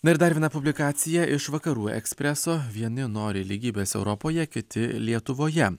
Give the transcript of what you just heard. na ir dar viena publikacija iš vakarų ekspreso vieni nori lygybės europoje kiti lietuvoje